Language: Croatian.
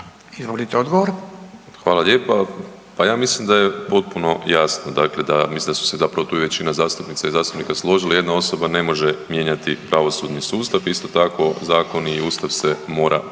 Damir (HDZ)** Hvala lijepa. Pa ja mislim da je potpuno jasno, dakle da mislim da su se zapravo većina zastupnica i zastupnika složili, jedna osoba ne može mijenjati pravosudni sustav, isto tako zakon i Ustav se mora poštivati.